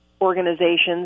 organizations